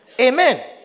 Amen